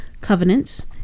covenants